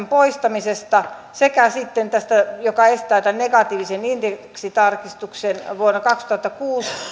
poistamisesta sekä sitten tästä joka estää tämän negatiivisen indeksitarkistuksen vuonna kaksituhattakuusitoista